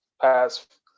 past